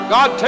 God